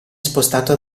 spostato